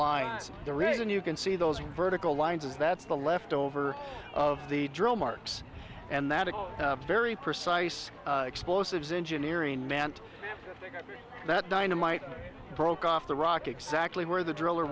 lines the reason you can see those vertical lines is that's the left over of the drill marks and that is very precise explosives engineering mant that dynamite broke off the rock exactly where the driller